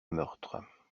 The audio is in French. meurtre